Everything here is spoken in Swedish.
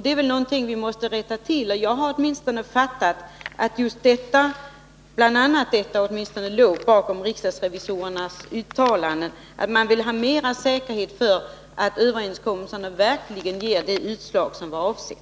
Det är väl någonting som vi måste rätta till, och jag har åtminstone fattat det så att bl.a. detta låg bakom riksdagsrevisorernas uttalande, att man ville ha mera säkerhet för att överenskommelserna verkligen ger det utslag som varit avsett.